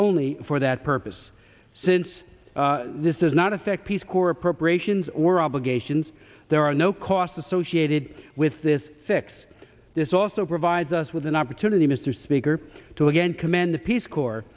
only for that purpose since this does not affect peace corps preparations or obligations there are no costs associated with this fix this also provides us with an opportunity mr speaker to again commend the peace corps